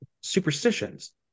superstitions